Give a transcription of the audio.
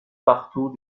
partout